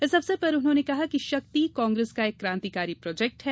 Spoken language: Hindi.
इस अवसर पर उन्होंने कहा कि शक्ति कांग्रेस का एक क्रांतिकारी प्रोजेक्ट है